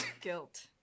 Guilt